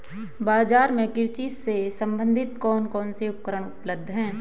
बाजार में कृषि से संबंधित कौन कौन से उपकरण उपलब्ध है?